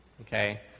okay